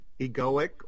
egoic